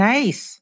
Nice